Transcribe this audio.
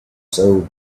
served